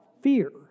fear